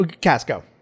Casco